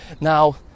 Now